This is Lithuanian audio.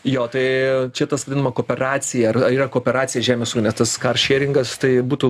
jo tai čia tas vadinama kooperacija ar yra kooperacija žemės ūkyje nes tas kar šeringas tai būtų